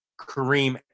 Kareem